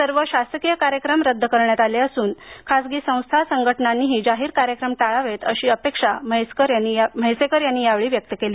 सर्व शासकीय कार्यक्रम रद्द करण्यात आले असून खासगी संस्था संघटनांनीही जाहीर कार्यक्रम टाळावेत अशी अपेक्षा म्हैसेकर यांनी व्यक्त केली